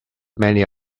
many